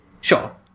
Sure